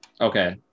Okay